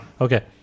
Okay